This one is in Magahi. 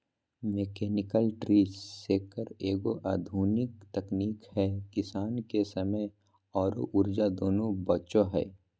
मैकेनिकल ट्री शेकर एगो आधुनिक तकनीक है किसान के समय आरो ऊर्जा दोनों बचो हय